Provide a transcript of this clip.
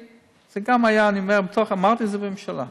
זה גם היה, אני אומר, בתוך, אמרתי את זה בממשלה.